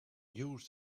use